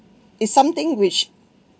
is something which